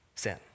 Sin